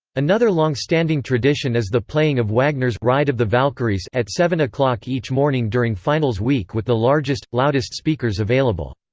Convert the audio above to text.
another long-standing tradition is the playing of wagner's ride of the valkyries at seven zero each morning during finals week with the largest, loudest speakers available.